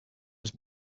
was